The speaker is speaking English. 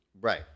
Right